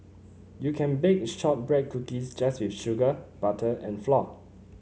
you can bake shortbread cookies just with sugar butter and flour